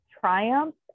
triumph